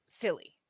silly